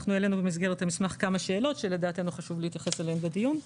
אנחנו העלינו במסגרת המסמך כמה שאלות שלדעתנו חשוב להתייחס אליהן בדיון.